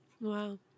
Wow